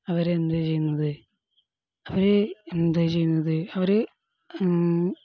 അവരെ എന്ത് ചെയ്യുന്നത് അവർ എന്താണ് ചെയ്യുന്നത് അവർ